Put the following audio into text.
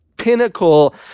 pinnacle